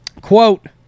Quote